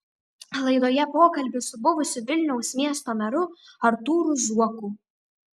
laidoje pokalbis su buvusiu vilniaus miesto meru artūru zuoku